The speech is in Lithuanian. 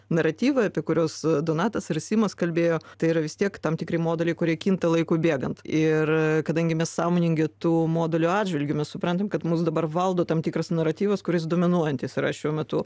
naratyvą apie kuriuos donatas ir simas kalbėjo tai yra vis tiek tam tikri modeliai kurie kinta laikui bėgant ir kadangi mes sąmoningi tų modulių atžvilgiu mes suprantam kad mus dabar valdo tam tikras naratyvas kuris dominuojantis yra šiuo metu